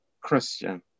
Christian